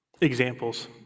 examples